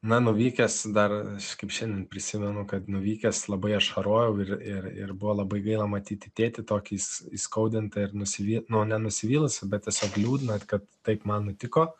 na nuvykęs dar kaip šiandien prisimenu kad nuvykęs labai ašarojau ir ir ir buvo labai gaila matyti tėtį tokį įskaudintą ir nusivy nu ne nusivylusį bet tiesiog liūdną kad taip man nutiko